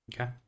okay